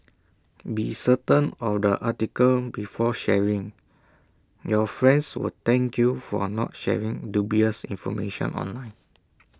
be certain of the article before sharing your friends will thank you for A not sharing dubious information online